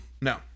No